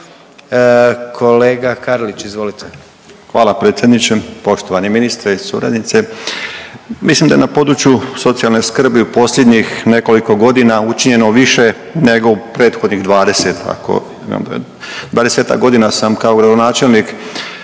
**Karlić, Mladen (HDZ)** Hvala predsjedniče. Poštovani ministre i suradnice, mislim da je na području socijalne skrbi u posljednjih nekoliko godina učinjeno više nego u prethodnih 20, ako ima, 20-ak godina sam kao gradonačelnik